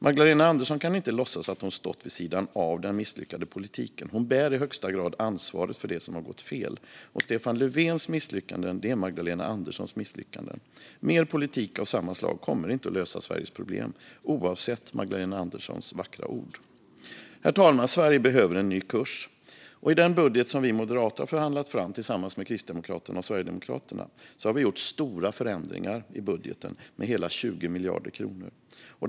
Magdalena Andersson kan inte låtsas att hon stått vid sidan av den misslyckade politiken. Hon bär i högsta grad ansvaret för det som har gått fel. Stefan Löfvens misslyckanden är Magdalena Anderssons misslyckanden. Mer politik av samma slag kommer inte att lösa Sveriges problem, oavsett Magdalena Anderssons vackra ord. Herr talman! Sverige behöver en ny kurs. I den budget som vi moderater har förhandlat fram tillsammans med Kristdemokraterna och Sverigedemokraterna har vi gjort stora förändringar i budgetpropositionen med hela 20 miljarder kronor.